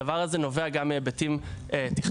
הדבר הזה נובע גם מהיבטים תכנוניים